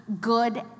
good